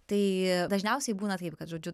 tai dažniausiai būna taip kad žodžiu